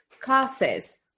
classes